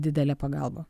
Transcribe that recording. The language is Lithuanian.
didelė pagalba